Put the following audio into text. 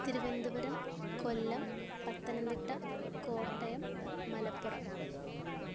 Thiruvananthapuram Kollam Pathanamthitta Kottayam Malappuram